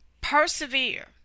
persevere